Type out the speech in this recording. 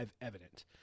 evident